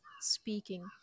speaking